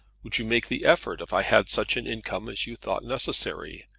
would you make the effort if i had such an income as you thought necessary?